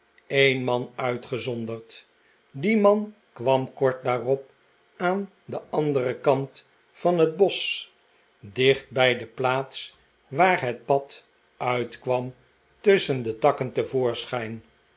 een man uitgezonderd die man kwam kort daarop aan den anderen kant van het bosch dicht bij de plaats waar het pad uitkwam tusschen de takken